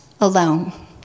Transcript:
alone